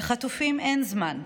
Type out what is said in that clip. לחטופים אין זמן.